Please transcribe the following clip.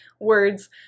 words